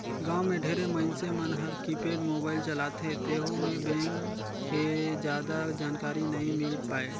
गांव मे ढेरे मइनसे मन हर कीपेड मोबाईल चलाथे तेहू मे बेंक के जादा जानकारी नइ मिल पाये